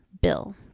bill